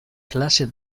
klase